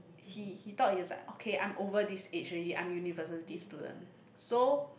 he he thought he was like okay I'm over this age already I am university student so